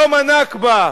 יום הנכבה,